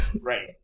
right